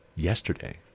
Yesterday